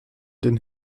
den